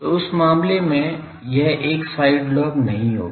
तो उस मामले में यह एक साइड लोब नहीं होगा